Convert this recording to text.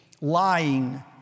lying